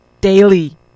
Daily